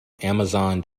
amazon